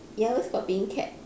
you always copying cat